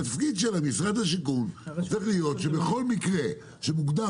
תפקיד משרד השיכון צריך להיות שבכל מקרה שמוגדר